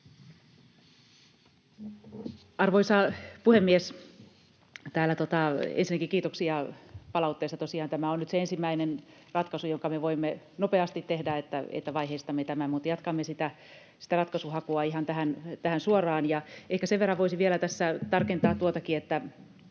Arvoisa puhemies! Ensinnäkin kiitoksia palautteista. Tosiaan tämä on nyt se ensimmäinen ratkaisu, jonka me voimme nopeasti tehdä, että vaiheistamme tämän, mutta jatkamme sitä ratkaisun hakua ihan tähän suoraan. Ehkä sen verran voisi vielä tässä tarkentaa tuotakin, että